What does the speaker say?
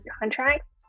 contracts